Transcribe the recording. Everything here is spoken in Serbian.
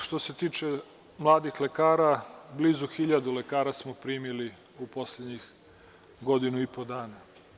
Što se tiče mladih lekara, blizu 1.000 lekara smo primili u poslednjih godinu i po dana.